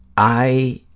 i